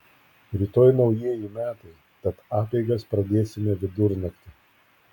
rytoj naujieji metai tad apeigas pradėsime vidurnaktį